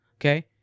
okay